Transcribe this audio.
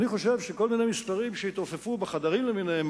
אני חושב שכל מיני מספרים שהתעופפו בחדרים למיניהם,